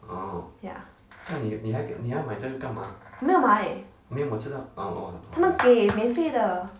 ya 没有买他们给免费的